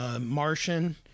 Martian